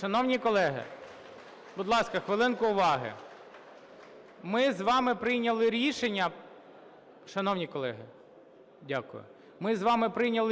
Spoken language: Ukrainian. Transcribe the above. Шановні колеги! Дякую. Ми з вами прийняли